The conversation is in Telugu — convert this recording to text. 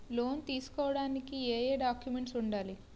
లోన్ తీసుకోడానికి ఏయే డాక్యుమెంట్స్ వుండాలి?